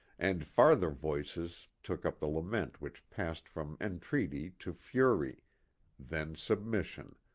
and farther voices took up the lament which passed from entreaty to fury then submission,